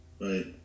right